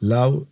Love